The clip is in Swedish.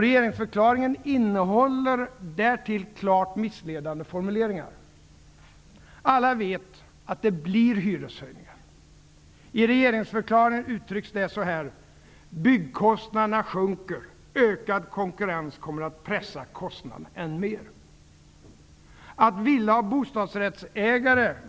Regeringsförklaringen innehåller därtill klart missledande formuleringar. Alla vet att det blir hyreshöjningar. I regeringsförklaringen uttrycks det: ''Byggkostnaderna sjunker. Ökad konkurrens kommer att pressa kostnaderna än mer.'' Att villaoch